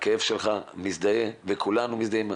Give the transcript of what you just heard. אני מזדהה וכולנו מזדהים איתו,